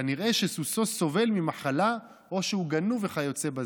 כנראה שסוסו סובל ממחלה או שהוא גנוב וכיוצא בזה.